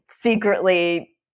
secretly